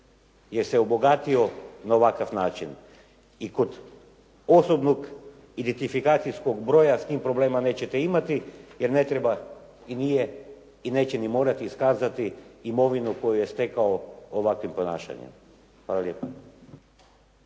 jer se obogatio na ovakav način. I kod osobnog identifikacijskog broja s tim problema nećete imati, jer ne treba i nije i neće morati iskazati imovinu koju je stekao ovakvim ponašanjem. Hvala lijepa.